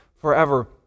forever